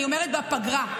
אני אומרת בפגרה,